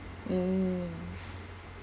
mm